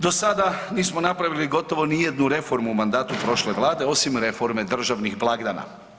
Do sada nismo napravili gotovo nijednu reformu u mandatu prošle vlade osim reforme državnih blagdana.